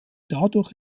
dadurch